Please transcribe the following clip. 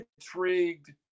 intrigued